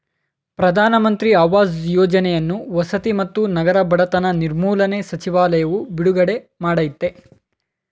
ಪ್ರಧಾನ ಮಂತ್ರಿ ಆವಾಸ್ ಯೋಜನೆಯನ್ನು ವಸತಿ ಮತ್ತು ನಗರ ಬಡತನ ನಿರ್ಮೂಲನೆ ಸಚಿವಾಲಯವು ಬಿಡುಗಡೆ ಮಾಡಯ್ತೆ